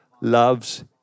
loves